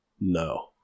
No